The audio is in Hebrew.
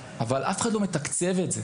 אבל אף אחד לא מתקצב את זה.